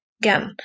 again